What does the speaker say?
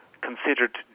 considered